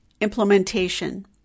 implementation